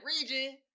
region